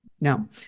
No